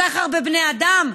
סחר בבני אדם?